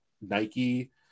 Nike